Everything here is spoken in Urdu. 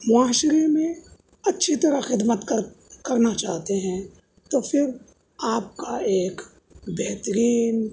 معاشرہ میں اچھی طرح خدمت کر کرنا چاہتے ہیں تو پھر آپ کا ایک بہترین